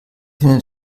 findet